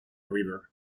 river